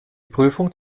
prüfung